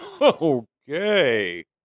Okay